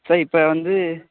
sir இப்போ வந்து